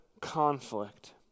conflict